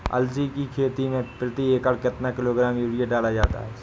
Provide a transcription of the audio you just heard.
अलसी की खेती में प्रति एकड़ कितना किलोग्राम यूरिया डाला जाता है?